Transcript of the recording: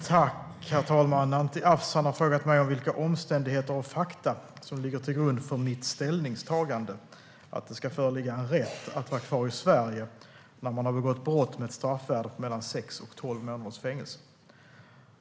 Herr talman! Anti Avsan har frågat mig vilka omständigheter och fakta som ligger till grund för mitt ställningstagande att det ska föreligga en rätt att vara kvar i Sverige när man har begått brott med ett straffvärde på mellan sex och tolv månaders fängelse.